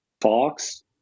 Fox